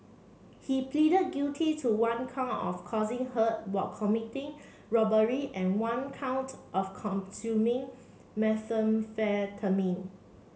he pleaded guilty to one count of causing hurt while committing robbery and one count of consuming methamphetamine